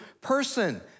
person